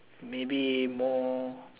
maybe more